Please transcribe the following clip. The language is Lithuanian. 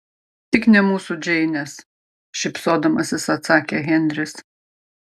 tik ne mūsų džeinės šypsodamasis atsakė henris